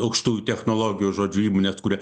aukštųjų technologijų žodžiu įmones kuria